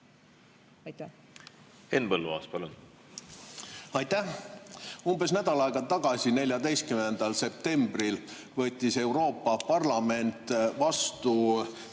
palun! Henn Põlluaas, palun! Aitäh! Umbes nädal aega tagasi, 14. septembril võttis Euroopa Parlament vastu